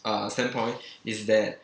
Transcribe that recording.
uh standpoint is that